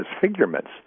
disfigurements